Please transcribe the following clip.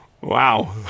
Wow